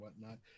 whatnot